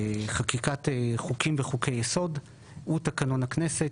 חקיקת החוקים וחוקי יסוד הוא תקנון הכנסת